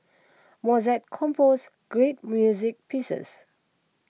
Mozart composed great music pieces